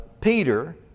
Peter